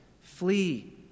Flee